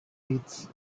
leeds